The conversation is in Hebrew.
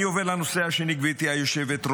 אני עובר לנושא השני, גברתי היושבת-ראש.